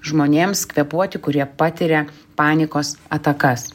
žmonėms kvėpuoti kurie patiria panikos atakas